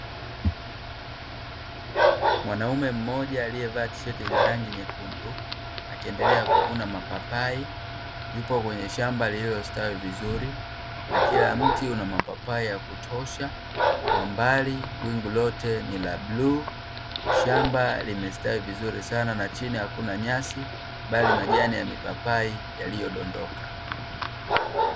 Mwanaume mmoja aliyevalia tisheti yenye rangi nyekundu, akiendelea kuvuna mapapai. Yupo kwenye shamba lililostawi vizuri, na kila mti una mapapai ya kutosha. Kwa mbali wingu lote ni la bluu, shamba limestawi vizuri sana na chini hakuna nyasi, bali majani ya mipapai yaliyodondoka.